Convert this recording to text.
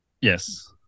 Yes